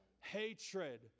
hatred